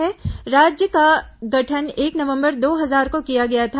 इस राज्य का गठन एक नवंबर दो हजार को किया गया था